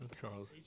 Charles